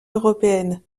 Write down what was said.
européenne